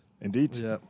Indeed